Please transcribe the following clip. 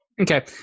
Okay